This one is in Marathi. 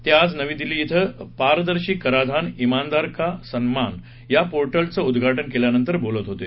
ते आज नवी दिल्ली क्रिं पारदर्शी कराधान मानदार का सन्मान या पोर्टलचं उद्घाटन केल्यानंतर बोलत होते